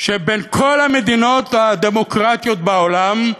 שבין כל המדינות הדמוקרטיות בעולם,